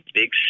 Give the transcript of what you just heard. big